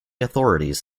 authorities